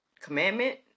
commandment